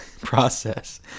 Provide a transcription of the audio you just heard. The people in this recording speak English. process